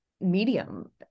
medium